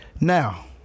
Now